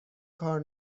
کار